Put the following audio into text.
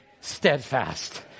steadfast